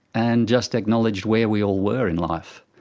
and just acknowledged where we all were in life.